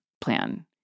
plan